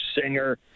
singer